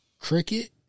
Cricket